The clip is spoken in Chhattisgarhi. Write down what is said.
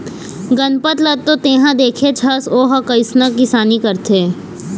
गनपत ल तो तेंहा देखेच हस ओ ह कइसना किसानी करथे